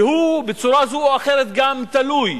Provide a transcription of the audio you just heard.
והוא בצורה זו או אחרת גם תלוי,